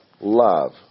love